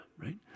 right